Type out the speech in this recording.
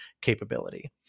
capability